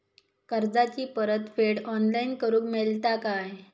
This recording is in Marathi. कर्जाची परत फेड ऑनलाइन करूक मेलता काय?